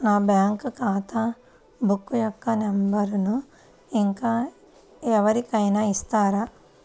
నా బ్యాంక్ ఖాతా బుక్ యొక్క నంబరును ఇంకా ఎవరి కైనా ఇస్తారా?